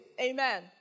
Amen